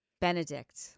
benedict